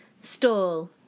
Stall